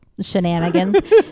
shenanigans